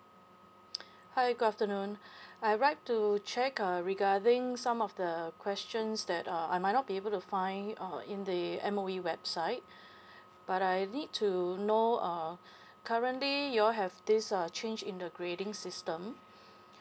hi good afternoon I would like to check uh regarding some of the questions that uh I might not be able to find uh in the M_O_E website but I need to know uh currently y'all have this uh change in the grading system